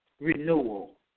renewal